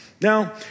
Now